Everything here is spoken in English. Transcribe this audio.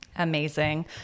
Amazing